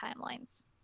timelines